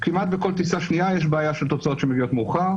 כמעט בכל טיסה שנייה יש בעיה של תוצאות שמגיעות מאוחר.